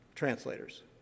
translators